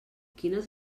quines